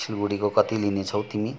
सिलगडीको कति लिनेछौ तिमी